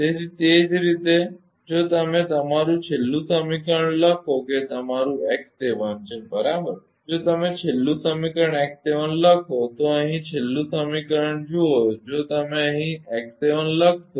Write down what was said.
તેથી તે જ રીતે જો તમે તમારું છેલ્લું સમીકરણ લખો કે તમારું x7 છે બરાબર જો તમે છેલ્લું સમીકરણ x7 લખો તો અહીં છેલ્લું સમીકરણ જુઓ જો તમે અહીં x7 લખશો